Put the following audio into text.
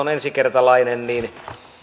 on ensikertalainen niin